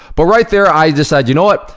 but right there i decided, you know what?